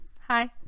Hi